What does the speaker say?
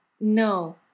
no